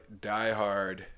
diehard